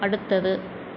அடுத்தது